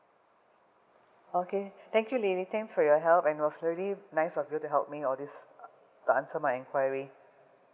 okay thank you lily thanks for your help and it was really nice of you to help me all this to answer my enquiry